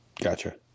Gotcha